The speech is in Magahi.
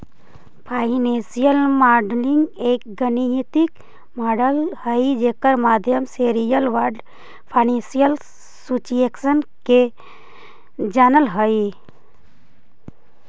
फाइनेंशियल मॉडलिंग एक गणितीय मॉडल हई जेकर माध्यम से रियल वर्ल्ड फाइनेंशियल सिचुएशन के जानल जा हई